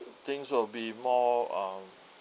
things will be more um